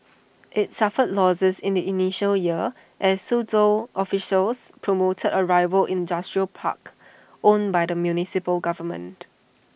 IT suffered losses in the initial years as Suzhou officials promoted A rival industrial park owned by the municipal government